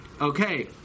Okay